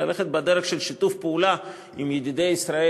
ללכת בדרך של שיתוף פעולה עם ידידי ישראל,